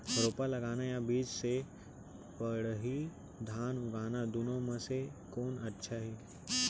रोपा लगाना या बीज से पड़ही धान उगाना दुनो म से कोन अच्छा हे?